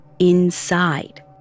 inside